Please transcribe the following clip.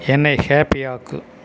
என்னை ஹாப்பி ஆக்கு